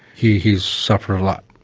he's he's suffered a lot.